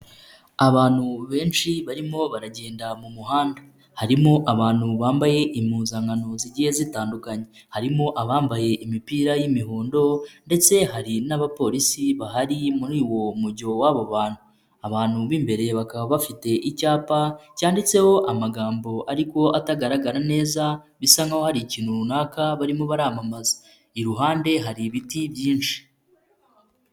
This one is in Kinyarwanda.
Abantu benshi barimo baragenda mu muhanda harimo abantu bambaye impuzankano zigiye zitandukanye, harimo abambaye imipira y'imihondo ndetse hari n'abapolisi bahari muri uwo mujyo w'abo bantu, abantu b'imbere bakaba bafite icyapa cyanditseho amagambo ariko atagaragara neza bisa nkaho hari ikintu runaka barimo baramamaza, iruhande hari ibiti byinshi.